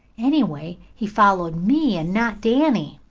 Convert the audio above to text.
anyway, he followed me and not danny.